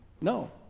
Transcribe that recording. No